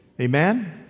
Amen